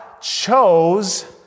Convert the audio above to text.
chose